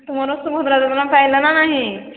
ତୁମର ସୁଭଦ୍ରା ଯୋଜନା ପାଇଲ କି ନାହିଁ